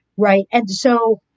right. and so,